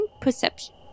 perception